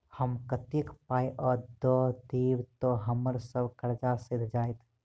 हम कतेक पाई आ दऽ देब तऽ हम्मर सब कर्जा सैध जाइत?